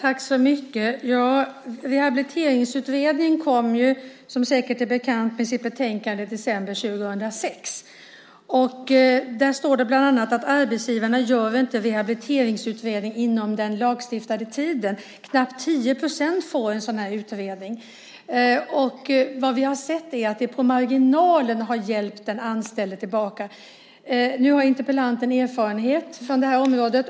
Fru talman! Rehabiliteringsutredningen kom, som säkert är bekant, med sitt betänkande i december 2006. Där står det bland annat att arbetsgivarna inte gör rehabiliteringsutredning inom den lagstiftade tiden. Knappt 10 % får en sådan utredning. Vad vi har sett är att det på marginalen har hjälpt den anställde tillbaka. Interpellanten har erfarenhet från det här området.